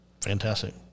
Fantastic